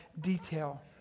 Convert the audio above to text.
detail